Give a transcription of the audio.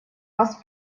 вас